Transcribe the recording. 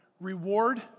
reward